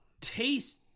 taste